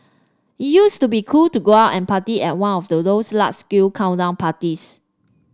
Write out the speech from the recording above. it used to be cool to go out and party at one of those large scale countdown parties